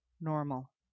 normal